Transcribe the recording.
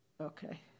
Okay